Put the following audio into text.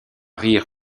rire